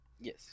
Yes